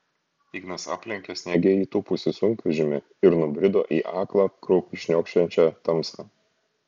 ignas aplenkė sniege įtūpusį sunkvežimį ir nubrido į aklą kraupiai šniokščiančią tamsą